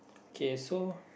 okay so